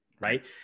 right